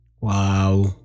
Wow